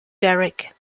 derek